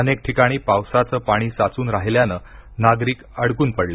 अनेक ठिकाणी पावसाचं पाणी साचून राहिल्यानं नागरिक अडकून पडले